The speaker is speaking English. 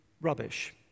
Rubbish